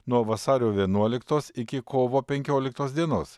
nuo vasario vienuoliktos iki kovo penkioliktos dienos